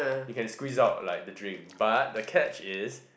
you can squeeze out like the drink but the catch is